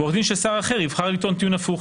ועורך דין של שר אחר יבחר לטעון טיעון הפוך?